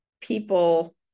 people